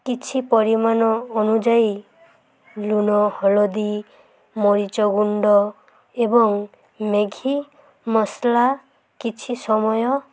କିଛି ପରିମାଣ ଅନୁଯାୟୀ ଲୁଣ ହଳଦୀ ମରିଚ ଗୁଣ୍ଡ ଏବଂ ମ୍ୟାଗି ମସଲା କିଛି ସମୟ